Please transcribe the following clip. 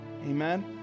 Amen